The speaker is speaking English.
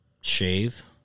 Shave